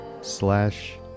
slash